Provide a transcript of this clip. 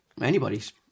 Anybody's